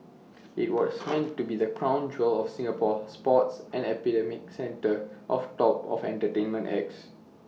IT was meant to be the crown jewel of Singapore sports and the epicentre of top entertainment acts